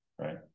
Right